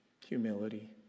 humility